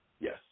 yes